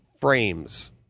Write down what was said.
frames